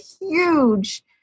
huge